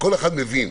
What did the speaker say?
כל אחד מבין,